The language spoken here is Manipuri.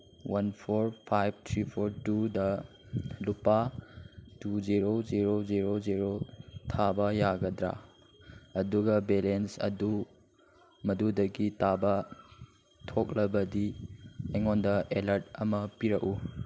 one four five three four ꯇꯨꯗ ꯂꯨꯄꯥ two zero zero zero zero ꯊꯥꯕ ꯌꯥꯒꯗ꯭ꯔꯥ ꯑꯗꯨꯒ ꯕꯦꯂꯦꯟꯁ ꯑꯗꯨ ꯃꯗꯨꯗꯒꯤ ꯇꯥꯕ ꯊꯣꯛꯂꯕꯗꯤ ꯑꯩꯉꯣꯟꯗ ꯑꯦꯂꯥꯔꯠ ꯑꯃ ꯄꯤꯔꯛꯎ